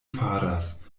faras